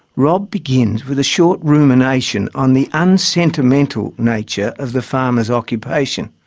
rob begins with a short rumination on the unsentimental nature of the farmer's occupation.